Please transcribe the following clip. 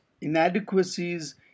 inadequacies